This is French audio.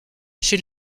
chez